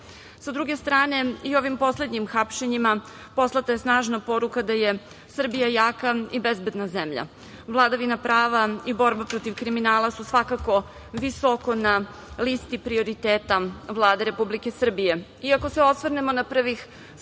druge strane i ovim poslednjim hapšenjima poslata je snažna poruka da je Srbija jaka i bezbedna zemlja. Vladavina prava i borba protiv kriminala su svakako visoko na listi prioriteta Vlade Republike Srbije i ako se osvrnemo na prvih 100 dana